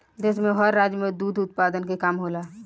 देश में हर राज्य में दुध उत्पादन के काम होला